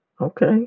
Okay